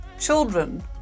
Children